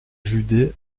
judée